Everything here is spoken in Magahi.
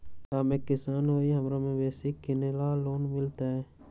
हम एक किसान हिए हमरा मवेसी किनैले लोन मिलतै?